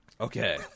Okay